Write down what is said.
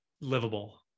livable